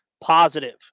positive